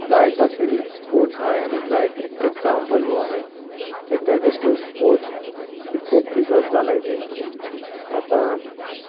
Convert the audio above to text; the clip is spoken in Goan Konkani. जाय भाशेन स्पोर्ट्स आसाय आनी जायत एग्जाम्पल हो आसाय की ट्रेडिशनल स्पोर्ट्स कितको प्रिजर्व जालाय ते आतां